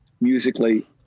musically